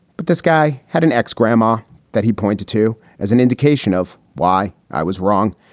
but this guy had an ex grandma that he pointed to as an indication of why i was wrong.